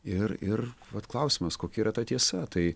ir ir vat klausimas kokia yra ta tiesa tai